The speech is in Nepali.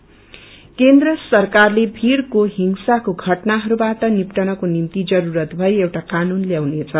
मव लिंच केन्द्र सरकारले भीड़को हिंसाको घटनाहरूबाट निपटनको निम्ति जरूरत भए एउटा कानून ल्याउनेछ